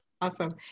Awesome